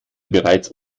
bereits